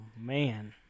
man